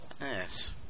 Yes